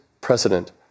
precedent